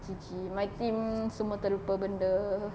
G_G my team semua terlupa benda